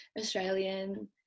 Australian